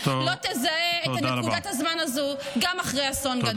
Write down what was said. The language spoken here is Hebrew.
לא תזהה את נקודת הזמן הזו גם אחרי אסון גדול.